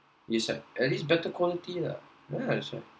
it's like at least better quality lah ah that's right